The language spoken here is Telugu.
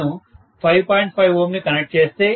5 Ω ని కనెక్ట్ చేస్తే అది 2